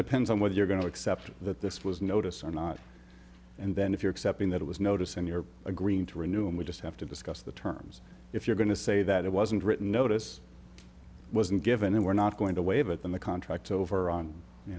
depends on what you're going to accept that this was notice or not and then if you're accepting that it was notice and you're agreeing to renew and we just have to discuss the terms if you're going to say that it wasn't written notice wasn't given and we're not going to waive it than the contract over on